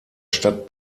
stadt